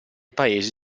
paesi